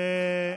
אין נמנעים.